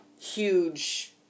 huge